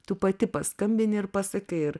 tu pati paskambini ir pasakai ir